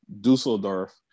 Dusseldorf